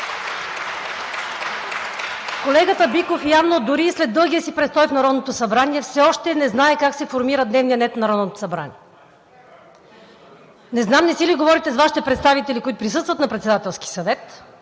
Колегата Биков явно дори и след дългия си престой в Народното събрание все още не знае как се формира дневният ред на Народното събрание. Не знам не си ли говорите с Вашите представители, които присъстват на Председателски съвет,